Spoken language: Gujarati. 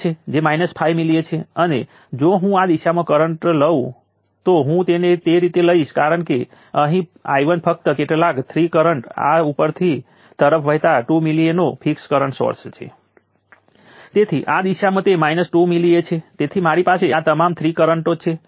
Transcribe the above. અને જે પ્રકારના ઉદાહરણો મેં અહીં ઉકેલ્યા છે અને એ પણ અસાઇનમેન્ટમાં કેવા પ્રકારની સમસ્યાઓ છે જ્યાં રેખીય વેવફોર્મ સ્વરૂપ કરવું ખૂબ સરળ છે